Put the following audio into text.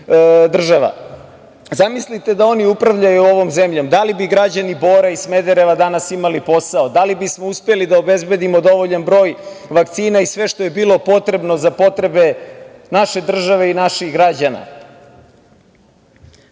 SAD.Zamislite da oni upravljaju ovom zemljom, da li bi građani Bora i Smedereva danas imali posao? Da li bismo uspeli da obezbedimo dovoljan broj vakcina i sve što je bilo potrebno za potrebe naše države i naših građana? Ne